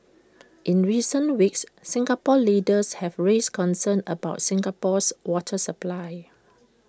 in recent weeks Singapore leaders have raised concerns about Singapore's water supply